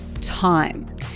time